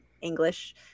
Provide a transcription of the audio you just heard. English